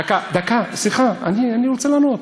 דקה, סליחה, אני רוצה לענות.